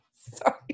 Sorry